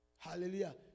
Hallelujah